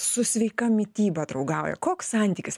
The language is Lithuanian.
su sveika mityba draugauja koks santykis